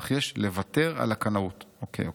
אך יש לוותר על הקנאות" אוקיי,